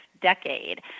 decade